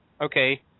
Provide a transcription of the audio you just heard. Okay